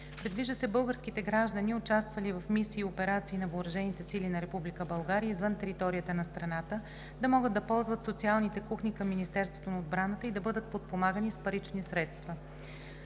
Предвижда се българските граждани, участвали в мисии и операции на въоръжените сили на Република България извън територията на страната, да могат да ползват социалните кухни към Министерството на отбраната и да бъдат подпомагани с парични средства.